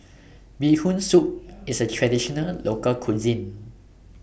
Bee Hoon Soup IS A Traditional Local Cuisine